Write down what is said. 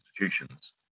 institutions